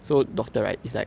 mm